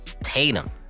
Tatum